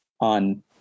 on